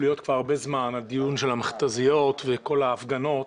להיות כבר הרבה זמן על המכת"זיות וכל ההפגנות,